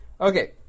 Okay